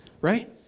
Right